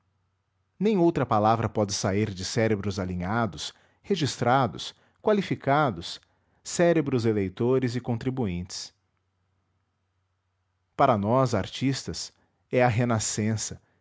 nem outra palavra pode sair de cérebros alinhados registrados qualificados cérebros eleitores e contribuintes para nós artistas é a renascença